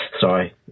sorry